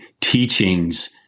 teachings